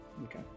Okay